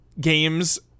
games